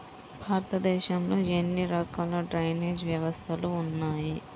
భారతదేశంలో ఎన్ని రకాల డ్రైనేజ్ వ్యవస్థలు ఉన్నాయి?